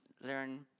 learn